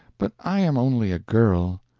but i am only a girl,